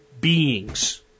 beings